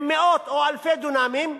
עם מאות או אלפי דונמים,